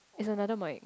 it's another mic